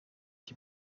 die